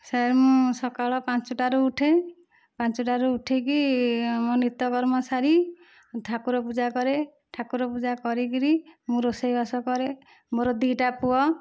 sir ମୁଁ ସକାଳ ପାଞ୍ଚଟାରୁ ଉଠେ ପାଞ୍ଚଟାରୁ ଉଠିକି ମୋ ନିତ୍ୟକର୍ମ ସାରି ଠାକୁର ପୂଜା କରେ ଠାକୁର ପୂଜା କରି କରି ମୁଁ ରୋଷେଇବାସ କରେ ମୋର ଦୁଇଟା ପୁଅ